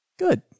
Good